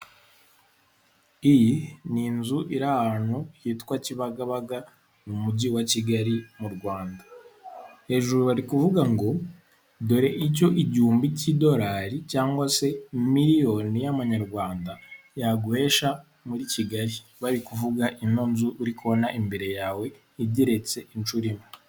Iyi ni inzu iri ahantu hitwa Kibagabaga mu Mujyi wa Kigali mu Rwanda. Hejuru bari kuvuga ngo dore icyo igihumbi cy'idolari cyangwa se miliyoni y'amanyarwanda yaguhesha muri Kigali, bari kuvuga ino nzu uri kubona imbere yawe igeretse inshuro imwe.